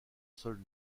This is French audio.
seul